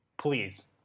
please